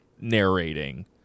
narrating